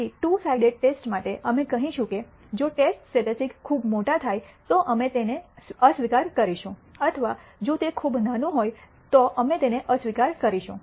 તેથી two sided test માટે અમે કહીશું કે જો ટેસ્ટ સ્ટેટિસ્ટિક્સ ખૂબ મોટા થાય તો અમે તેને અસ્વીકાર કરીશું અથવા જો તે ખૂબ નાનું હોય તો અમે તેને અસ્વીકાર કરીશું